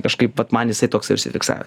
kažkaip vat man jisai toksai užsifiksavęs